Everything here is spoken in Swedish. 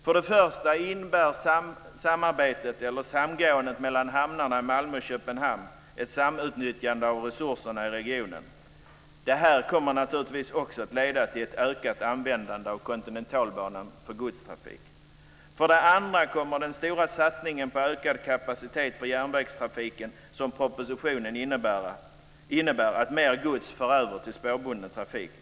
För det första innebär samgåendet mellan hamnarna i Malmö och Köpenhamn ett samutnyttjande av resurserna i regionen. Det kommer naturligtvis att leda till ett ökat användande av Kontinentalbanan för godstrafik. För det andra kommer den stora satsningen på ökad kapacitet för järnvägstrafiken som föreslås i propositionen att innebära att mer gods förs över till spårbunden trafik.